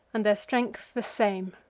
and their strength the same.